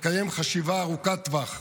לקיים חשיבה ארוכת טווח,